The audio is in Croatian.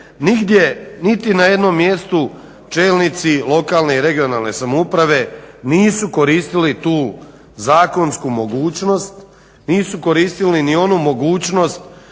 niti na jednom mjestu čelnici lokalne i regionalne samouprave nisu koristili tu zakonsku mogućnost, nisu koristili ni onu mogućnost